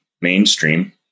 mainstream